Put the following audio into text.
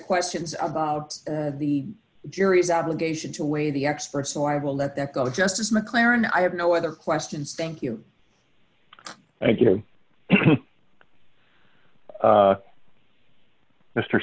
questions about the jury's obligation to weigh the experts so i will let that go the justice mclaren i have no other questions thank you thank you